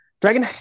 Dragon